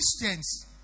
Christians